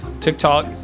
TikTok